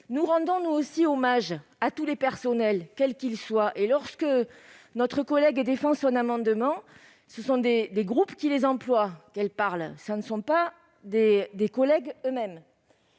Nous rendons nous aussi hommage à tous les personnels, quels qu'ils soient. Et lorsque notre collègue défend son amendement, elle parle des groupes qui les emploient, et non des soignants eux-mêmes